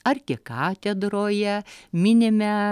arkikatedroje minime